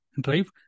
drive